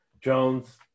Jones